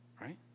right